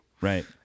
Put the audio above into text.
Right